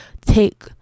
take